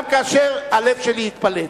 גם כאשר הלב שלי יתפלץ.